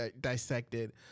Dissected